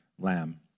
lamb